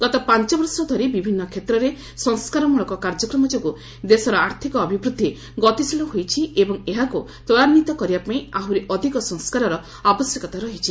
ଗତ ପାଞ୍ଚବର୍ଷ ଧରି ବିଭିନ୍ନ କ୍ଷେତ୍ରରେ ସଂସ୍କାରମୂଳକ କାର୍ଯ୍ୟକ୍ରମ ଯୋଗୁଁ ଦେଶର ଆର୍ଥିକ ଅଭିବୃଦ୍ଧି ଗତିଶୀଳ ହୋଇଛି ଏବଂ ଏହାକୁ ତ୍ୱରାନ୍ୱିତ କରିବା ପାଇଁ ଆହୁରି ଅଧିକ ସଂସ୍କାରର ଆବଶ୍ୟକତା ରହିଛି